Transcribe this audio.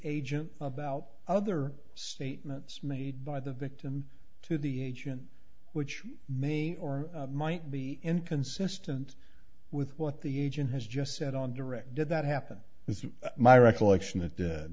agent about other statements made by the victim to the agent which may or might be inconsistent with what the agent has just said on direct did that happen is my recollection that